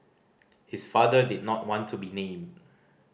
his father did not want to be named